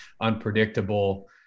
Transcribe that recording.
unpredictable